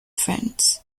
friends